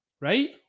Right